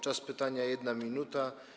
Czas pytania - 1 minuta.